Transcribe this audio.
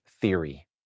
theory